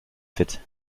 fit